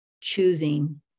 choosing